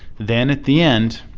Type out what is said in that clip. then, at the end,